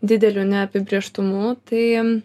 dideliu neapibrėžtumu tai